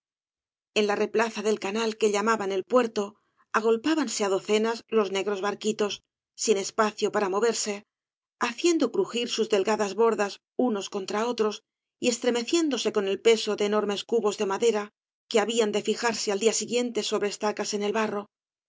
en la replaza del canal que llamaban el puerto agolpábanse á docenas los negros barquitos sin espacio para moverse haciendo crujir sus delgadas bordas unos contra otros y estremeciéndose con el peso de enormes cubos de madera que habían de fijarse al día siguiente sobre estacas en el barro en